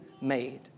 made